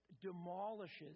demolishes